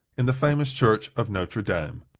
in the famous church of notre dame,